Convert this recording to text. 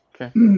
Okay